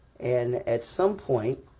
and at some point,